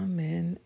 Amen